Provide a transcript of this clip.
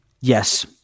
Yes